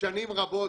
שנים רבות